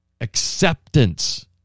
acceptance